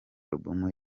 album